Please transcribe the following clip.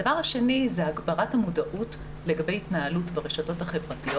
הדבר השני זה הגברת המודעות לגבי התנהלות ברשתות החברתיות.